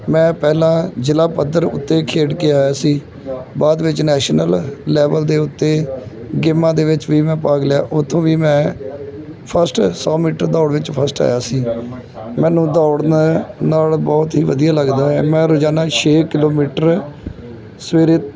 ਮੈਂ ਪਹਿਲਾਂ ਜਿਲ੍ਹਾ ਪੱਧਰ ਉੱਤੇ ਖੇਡ ਕੇ ਆਇਆ ਸੀ ਬਾਅਦ ਵਿੱਚ ਨੈਸ਼ਨਲ ਲੈਵਲ ਦੇ ਉੱਤੇ ਗੇਮਾਂ ਦੇ ਵਿੱਚ ਵੀ ਮੈਂ ਭਾਗ ਲਿਆ ਉੱਥੋਂ ਵੀ ਮੈਂ ਫਸਟ ਸੌ ਮੀਟਰ ਦੌੜ ਵਿੱਚ ਫਸਟ ਆਇਆ ਸੀ ਮੈਨੂੰ ਦੌੜਨ ਨਾਲ ਬਹੁਤ ਹੀ ਵਧੀਆ ਲੱਗਦਾ ਹੈ ਮੈਂ ਰੋਜ਼ਾਨਾ ਛੇ ਕਿਲੋਮੀਟਰ ਸਵੇਰੇ